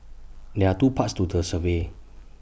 there are two parts to the survey